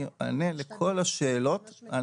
אני אענה לכל השאלות.